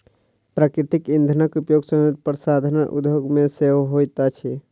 प्राकृतिक इंधनक उपयोग सौंदर्य प्रसाधन उद्योग मे सेहो होइत अछि